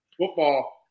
Football